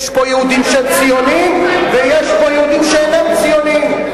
יש פה יהודים שהם ציונים ויש פה יהודים שאינם ציונים.